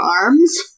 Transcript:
arms